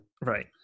right